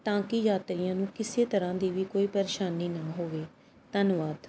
ਤਾਂ ਕਿ ਯਾਤਰੀਆਂ ਨੂੰ ਕਿਸੇ ਤਰ੍ਹਾਂ ਦੀ ਵੀ ਕੋਈ ਪਰੇਸ਼ਾਨੀ ਨਾ ਹੋਵੇ ਧੰਨਵਾਦ